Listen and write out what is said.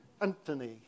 Anthony